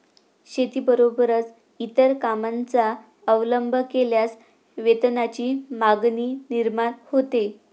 शेतीबरोबरच इतर कामांचा अवलंब केल्यास वेतनाची मागणी निर्माण होते